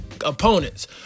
opponents